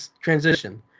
transition